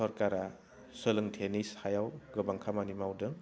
सरकारआ सोलोंथाइनि सायाव गोबां खामानि मावदों